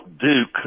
Duke